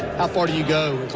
how far do you go?